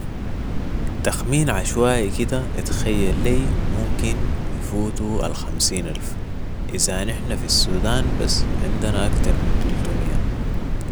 تخمين عشوائي كده اتخيل لي ممكن يفوتوا الخمسين الف، اذا نحن في السودان بس عندنا اكتر من تلتميه.